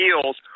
heels